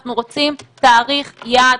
אנחנו רוצים תאריך יעד,